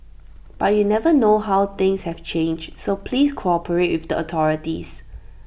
but you never know how things have changed so please cooperate with the authorities